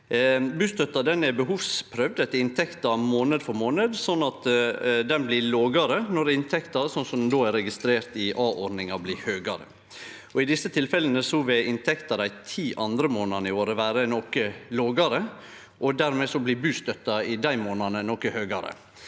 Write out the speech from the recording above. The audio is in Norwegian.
Bustøtta er behovsprøvd etter inntekta månad for månad, slik at ho blir lågare når inntekta, slik ho då er registrert i a-ordninga, blir høgare. I desse tilfella vil inntekta dei ti andre månadene i året vere noko lågare, og dermed blir bustøtta i dei månadene noko høgare.